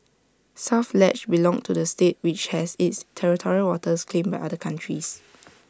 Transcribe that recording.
south ledge belonged to the state which has its territorial waters claimed by other countries